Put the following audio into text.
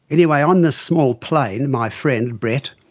anyway, on this small plane my friend, brett,